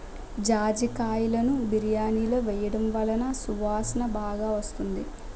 జాజికాయలును బిర్యానిలో వేయడం వలన సువాసన బాగా వస్తుంది